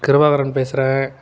கிருபாகிரண் பேசுகிறேன்